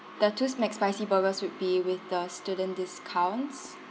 the two s~ McSpicy burgers would be with the student discounts